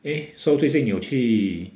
eh so 最近你有去